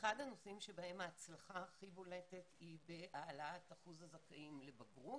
אחד הנושאים שבהם ההצלחה הכי בולטת היא בהעלאת אחוז הזכאים לבגרות,